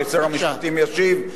ששר המשפטים ישיב עליה.